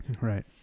Right